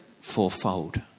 fourfold